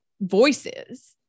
voices